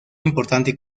importante